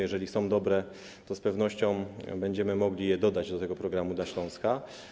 Jeżeli są dobre, to z pewnością będziemy mogli je dodać do programu dla Śląska.